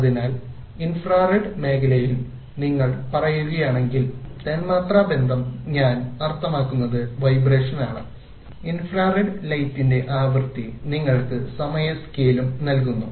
അതിനാൽ ഇൻഫ്രാറെഡ് മേഖലയിൽ നിങ്ങൾ പറയുകയാണെങ്കിൽതന്മാത്രാ ബന്ധം ഞാൻ അർത്ഥമാക്കുന്നത് വൈബ്രേഷൻ ആണ് ഇൻഫ്രാറെഡ് ലൈറ്റിന്റെ ആവൃത്തി നിങ്ങൾക്ക് സമയ സ്കെയിലും നൽകുന്നു